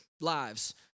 lives